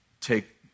take